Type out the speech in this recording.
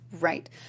Right